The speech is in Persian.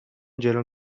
جلوم